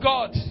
God